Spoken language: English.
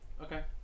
okay